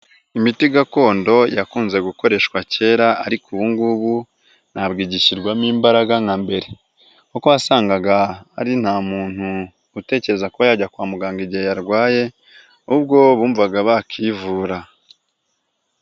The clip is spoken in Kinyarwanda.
Imiti gakondo yakunze gukoreshwa kera ariko ubu ngubu ntabwo igishyirwamo imbaraga nka mbere, kuko wasangaga ari nta muntu utekereza kuba yajya kwa muganga igihe yarwaye, ahubwo bumvaga bakivura.